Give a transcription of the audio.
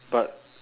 but